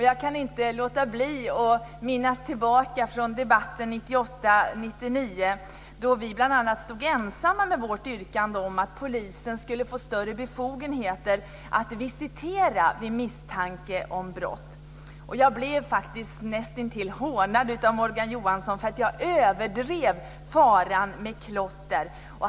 Jag kan inte låta bli att minnas debatten 1998/99 då vi stod ensamma med vårt yrkande om att polisen skulle få större befogenheter att visitera vid misstanke om brott. Jag blev faktiskt näst intill hånad av Morgan Johansson för att jag överdrev faran med klotter.